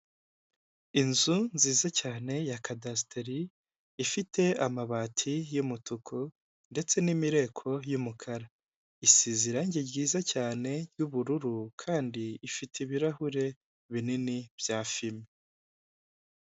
Inzu nziza cyane ya kadasiteri, ifite amabati y'umutuku ndetse n'imireko y'umukara. Isize irangi ryiza cyane ry'ubururu kandi ifite ibirahure binini bya fime.